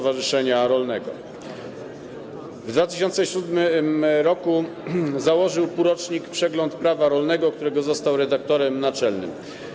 W 2007 r. założył półrocznik „Przegląd prawa rolnego”, którego został redaktorem naczelnym.